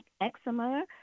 eczema